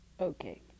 Okay